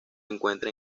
encuentra